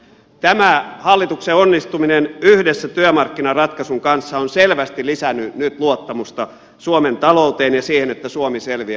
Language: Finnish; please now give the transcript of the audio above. tämä hallituksen onnistuminen yhdessä työmarkkinaratkaisun kanssa on selvästi lisännyt nyt luottamusta suomen talouteen ja siihen että suomi selviää